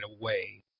away